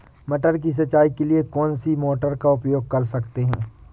मटर की सिंचाई के लिए कौन सी मोटर का उपयोग कर सकते हैं?